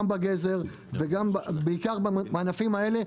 גם בגזר ובעיקר בענפים האלה,